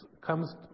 comes